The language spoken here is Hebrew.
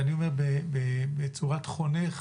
ואני אומר בצורת חונך